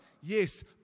Yes